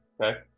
Okay